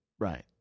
Right